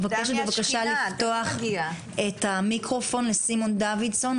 בבקשה לפתוח את המיקרופון לסימון דוידסון.